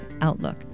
outlook